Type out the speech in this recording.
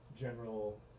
general